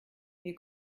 mir